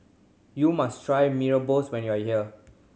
you must try Mee Rebus when you are here